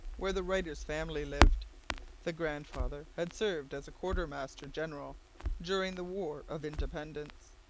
where the writer's family lived the grandfather had served as quarter-master-general during the war of independence.